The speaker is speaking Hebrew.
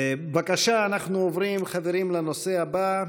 חברים, אנחנו עוברים לנושא הבא,